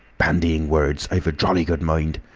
bandying words! i'm a jolly good mind